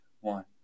one